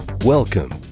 Welcome